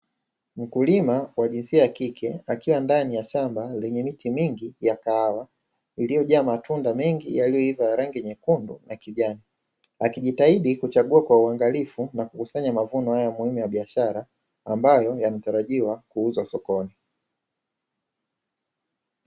Mkulima wa jinsia ya kike ndani ya shamba lenye miti mingi ya kahawa, iliyojaa matunda mengi yaliyoiva ya rangi nyekundu na kijani. Akijitahidi kuchagua kwa uangalifu na kukusanya mavuno hayo muhimu ya biashara ambayo yanatarajiwa kuuzwa sokoni.